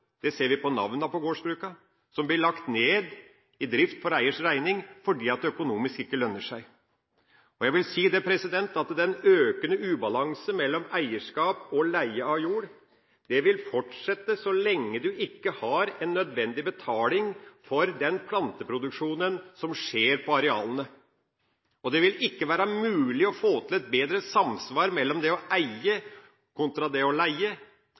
det ser vi på navnene til gårdsbrukene – som blir lagt ned i drift, for eiers regning, fordi det ikke er økonomisk lønnsomt. Jeg vil si at det er en økende ubalanse mellom eierskap og leie av jord. Det vil fortsette så lenge du ikke har en nødvendig betaling for den planteproduksjonen som skjer på arealene. Det vil ikke være mulig å få til et bedre samsvar mellom det å eie kontra det å leie